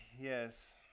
Yes